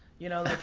you know?